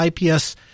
IPS